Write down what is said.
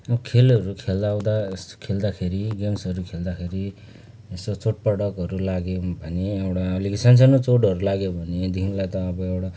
म खेलहरू खेलाउँदा खेल्दाखेरि गेम्सहरू खेल्दाखेरि यसो चोट पटकहरू लाग्यो भने एउटा अलिक स सानो चोटहरू लाग्यो भनेदेखिलाई त अब एउटा